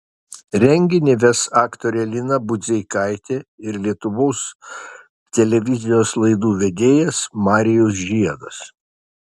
renginį ves aktorė lina budzeikaitė ir lietuvos televizijos laidų vedėjas marijus žiedas